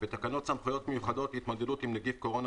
בתקנות סמכויות מיוחדות להתמודדות עם נגיף הקורונה